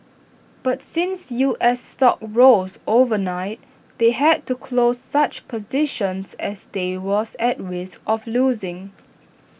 but since U S stocks rose overnight they had to close such positions as they was at risk of losing